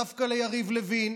דווקא ליריב לוין.